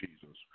Jesus